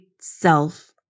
self